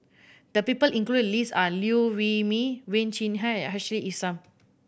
the people included in the list are Liew Wee Mee Wen Jinhua and Ashley Isham